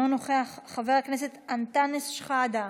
אינו נוכח, חבר הכנסת אנטאנס שחאדה